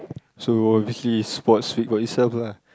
so this is what speak for itself lah